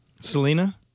Selena